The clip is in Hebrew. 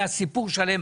היה סיפור שלם.